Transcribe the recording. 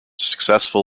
successful